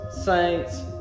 saints